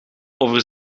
over